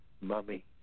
Mummy